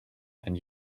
and